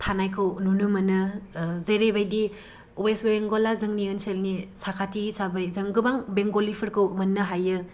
थानायखौ नुनो मोनो जेरैबायदि वेस्ट बेंगलआ जोंनो ओनसोलनि साखाथि हिसाबै जों गोबां बेंगलिफोरखौ मोननो हायो